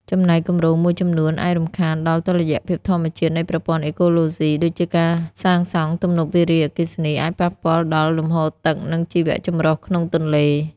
ចំណែកគម្រោងមួយចំនួនអាចរំខានដល់តុល្យភាពធម្មជាតិនៃប្រព័ន្ធអេកូឡូស៊ី ដូចជាការសាងសង់ទំនប់វារីអគ្គិសនីអាចប៉ះពាល់ដល់លំហូរទឹក និងជីវចម្រុះក្នុងទន្លេ។